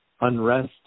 unrest